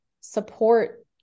support